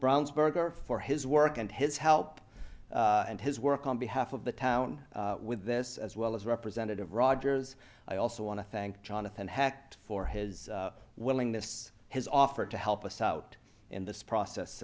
brownsburg er for his work and his help and his work on behalf of the town with this as well as representative rogers i also want to thank jonathan hacked for his willingness his offer to help us out in this process